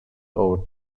over